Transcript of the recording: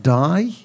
die